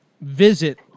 visit